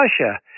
Russia